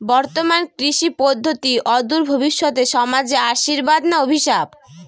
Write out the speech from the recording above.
বর্তমান কৃষি পদ্ধতি অদূর ভবিষ্যতে সমাজে আশীর্বাদ না অভিশাপ?